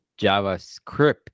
JavaScript